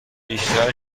بیشتر